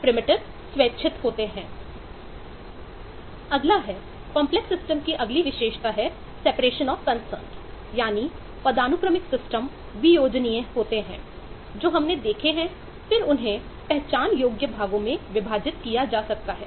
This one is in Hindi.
अगला है कॉम्प्लेक्स सिस्टम अपघटित किया जा सकता है